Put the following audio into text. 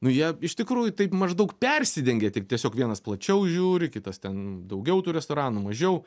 nu jie iš tikrųjų taip maždaug persidengia tik tiesiog vienas plačiau žiūri kitas ten daugiau tų restoranų mažiau